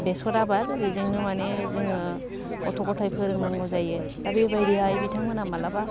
बेसर आबाद बेजोंनो माने जोङो गथ' गथाय फोरोंनांगौ जायो दा बेबायदिहाय बिथांमोनहा मालाबा